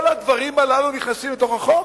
כל הדברים הללו נכנסים לתוך החוק?